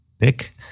Nick